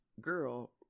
girl